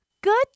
Good